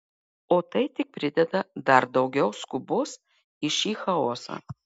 o tai tik prideda dar daugiau skubos į šį chaosą